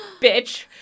bitch